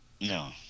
No